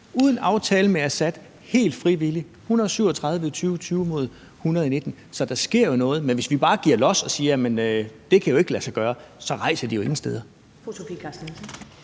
uden aftale med Assad og helt frivilligt – 137 i 2020 mod 100 i 2019. Så der sker jo noget, men hvis vi bare giver los og siger, at det ikke kan lade sig gøre, så rejser de jo ingen steder.